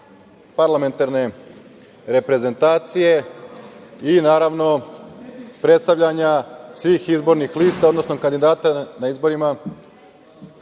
parlamentarne reprezentacije i, naravno, predstavljanja svih izbornih lista, odnosno kandidata na izborima